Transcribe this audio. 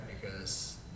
Because-